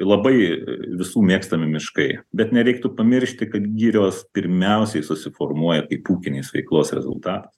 labai visų mėgstami miškai bet nereiktų pamiršti kad girios pirmiausiai susiformuoja kai ūkinės veiklos rezultatas